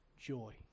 Joy